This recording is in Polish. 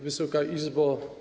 Wysoka Izbo!